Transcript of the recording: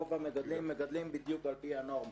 רוב המגדלים מגדלים בדיוק על פי הנורמות.